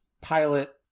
pilot